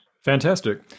Fantastic